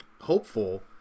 hopeful